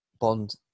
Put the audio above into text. Bond